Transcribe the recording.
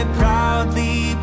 proudly